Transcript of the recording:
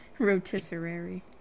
Rotisserie